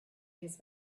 his